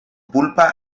pulpa